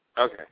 Okay